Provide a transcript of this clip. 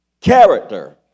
character